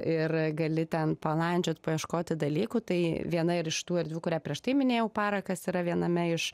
ir gali ten palandžiot paieškoti dalykų tai viena ir iš tų erdvių kurią prieš tai minėjau parakas yra viename iš